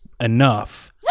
enough